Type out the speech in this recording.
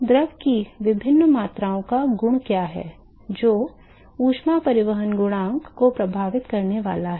द्रव की विभिन्न मात्राएँ या गुण क्या हैं जो ऊष्मा परिवहन गुणांक को प्रभावित करने वाले हैं